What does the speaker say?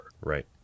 Right